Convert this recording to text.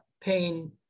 pain